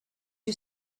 you